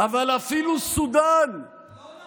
אבל אפילו סודאן, לא נכון.